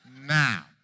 now